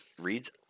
reads